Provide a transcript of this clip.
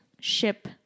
ship